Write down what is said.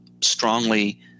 strongly